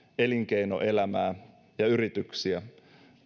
elinkeinoelämää ja yrityksiä